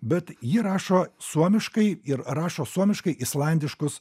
bet ji rašo suomiškai ir rašo suomiškai islandiškus